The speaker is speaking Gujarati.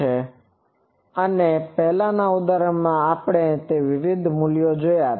અને પહેલાનાં ઉદાહરણમાં આપણે તે વિવિધ મૂલ્યો જોયા છે